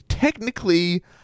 Technically